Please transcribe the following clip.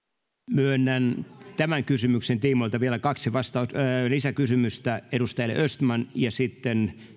myönnän tämän kysymyksen tiimoilta vielä kaksi lisäkysymystä edustaja östmanille ja sitten